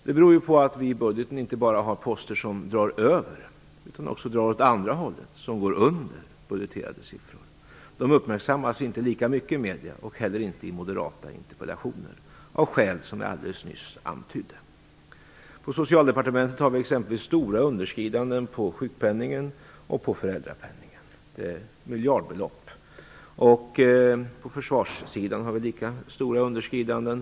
Det beror på att vi i budgeten inte bara har poster som drar över utan också sådana som drar åt det andra hållet, dvs. går under budgeterade siffror. De uppmärksammas inte lika mycket i medierna och inte heller i moderata interpellationer, av skäl som jag alldeles nyss antydde. På Socialdepartementet har vi exempelvis stora underskridanden vad avser sjukpenningen och föräldrapenningen. Det gäller miljardbelopp. På försvarssidan har vi lika stora underskridanden.